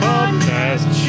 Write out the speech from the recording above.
Podcast